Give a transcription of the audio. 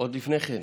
עוד לפני כן,